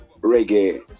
reggae